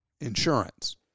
insurance